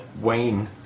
Wayne